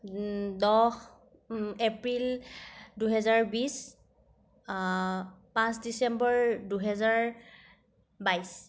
দহ এপ্ৰিল দুহেজাৰ বিশ পাঁচ ডিচেম্বৰ দুহেজাৰ বাইশ